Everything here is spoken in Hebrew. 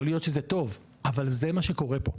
יכול להיות שזה טוב, אבל זה מה שקורה פה,